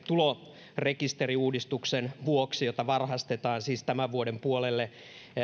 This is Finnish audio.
tulorekisteriuudistuksen vuoksi jota varhaistetaan siis tämän vuoden puolelle